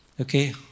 Okay